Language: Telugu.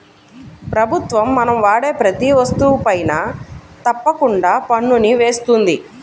ప్రభుత్వం మనం వాడే ప్రతీ వస్తువుపైనా తప్పకుండా పన్నుని వేస్తుంది